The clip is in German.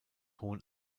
hohen